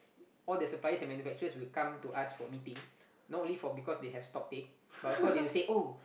all the suppliers and manufacturers will come to us for meeting not only for because they have stock take but of course they will say oh